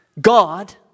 God